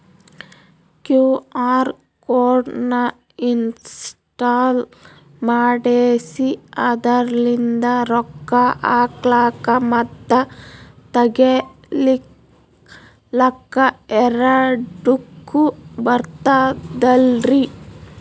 QR code ನ install ಮಾಡೆಸಿ ಅದರ್ಲಿಂದ ರೊಕ್ಕ ಹಾಕ್ಲಕ್ಕ ಮತ್ತ ತಗಿಲಕ ಎರಡುಕ್ಕು ಬರ್ತದಲ್ರಿ?